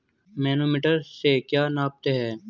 Manometer से क्या नापते हैं?